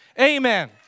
Amen